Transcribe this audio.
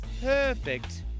Perfect